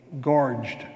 gorged